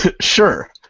Sure